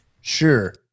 sure